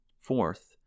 Fourth